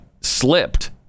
slipped